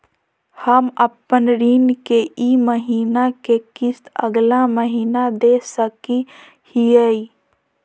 हम अपन ऋण के ई महीना के किस्त अगला महीना दे सकी हियई?